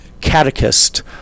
catechist